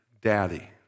daddy